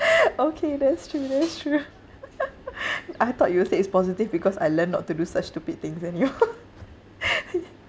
okay that's true that's true I thought you will say it's positive because I learned not to do such stupid things anymore